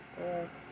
Yes